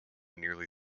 nearly